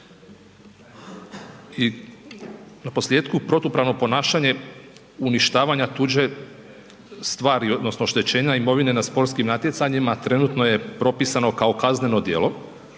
I naposljetku, protupravno ponašanje uništavanja tuđe stvari odnosno oštećenja imovine na sportskim natjecanjima trenutno je propisano kao kazneno djelo.